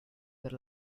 per